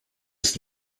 ist